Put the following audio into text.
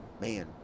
man